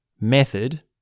method